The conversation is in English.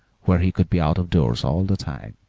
where he could be out-of-doors all the time,